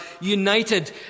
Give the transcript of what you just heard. united